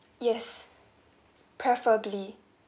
yes preferably